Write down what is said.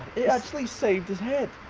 actually saved his head!